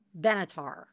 Benatar